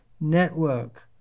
network